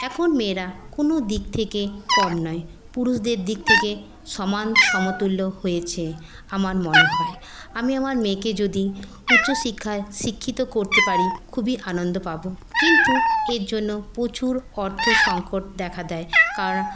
এখন মেয়েরা কোনো দিক থেকে কম নয় পুরুষদের দিক থেকে সমান সমতুল্য হয়েছে আমার মনে হয় আমি আমার মেয়েকে যদি উচ্চ শিক্ষায় শিক্ষিত করতে পারি খুবই আনন্দ পাবো কিন্তু এর জন্য প্রচুর অর্থ সংকট দেখা দেয় কারণ